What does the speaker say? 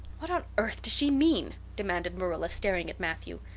what on earth does she mean? demanded marilla, staring at matthew.